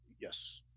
yes